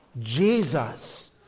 Jesus